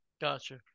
gotcha